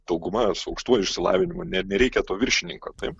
dauguma su aukštuoju išsilavinimu net nereikia to viršininko taip